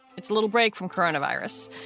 it's a little break from coronavirus.